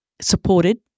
supported